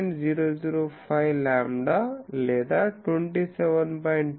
005 lambda లేదా 27